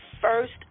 first